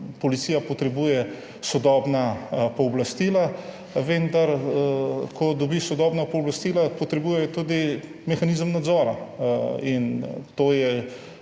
policija potrebuje sodobna pooblastila. Vendar ko dobi sodobna pooblastila, potrebuje tudi mehanizem nadzora. To je